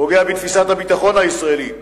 פוגע בתפיסת הביטחון הישראלית,